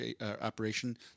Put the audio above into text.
operation